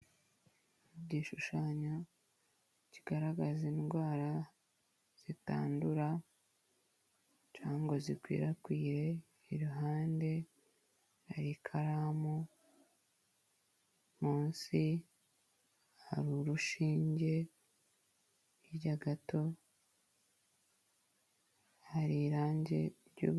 Igishushanyo kigaragaza indwara zitandura cyangwa zikwirakwira, iruhande hari ikaramu, munsi hari urushinge, hirya gato hari irange ry'ubururu.